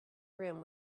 rim